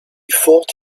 fought